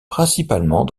principalement